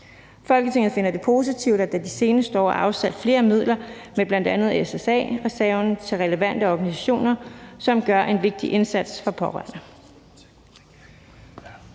Folketinget finder det positivt, at der de seneste år er afsat flere midler gennem bl.a. SSA-reserven til relevante organisationer, som gør en vigtig indsats for pårørende.«